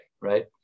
right